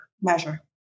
Measure